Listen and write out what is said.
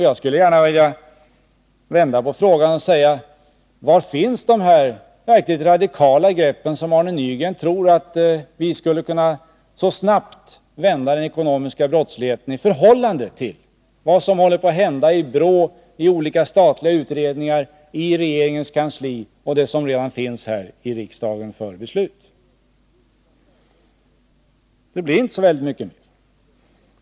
Jag skulle gärna vilja vända på frågan och säga: Var finns de verkligt radikala grepp som Arne Nygren tror skulle kunna vända den ekonomiska brottsligheten så mycket snabbare i förhållande till det som håller på att hända i BRÅ, i olika statliga utredningar, i regeringens kansli och det som redan kommit hit till riksdagen för beslut? Det blir inte så väldigt många.